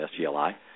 SGLI